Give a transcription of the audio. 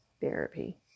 therapy